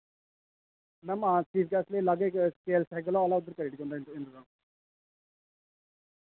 ma'am आं chief guest लेई लागे के ऐल्ल सैहगल हाल ऐ उद्धर करिड़गे तुं'दा इंतजाम